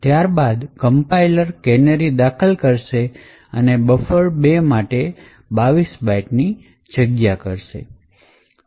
ત્યારબાદ compiler canary દાખલ કરશે અને બફર ૨ માટે 22 બાઈટ જગ્યા હશે